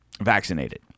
vaccinated